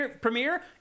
premiere